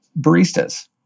baristas